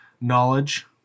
Knowledge